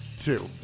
Two